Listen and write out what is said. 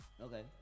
Okay